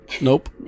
Nope